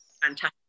fantastic